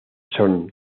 son